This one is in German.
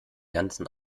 ganzen